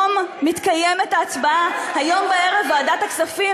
חברי הקואליציה,